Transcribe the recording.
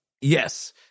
yes